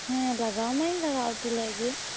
ᱦᱮᱸ ᱞᱟᱜᱟᱣ ᱢᱟ ᱧ ᱞᱟᱜᱟᱣ ᱚᱴᱚ ᱞᱮᱫ ᱜᱮ